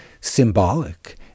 symbolic